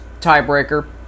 tiebreaker